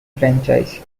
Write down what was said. franchise